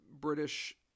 British